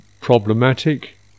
problematic